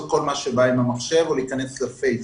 כל מה שבא עם המחשב או להיכנס לפייסבוק.